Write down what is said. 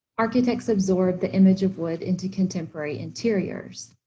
architects absorb the image of wood into contemporary interiors.